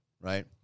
right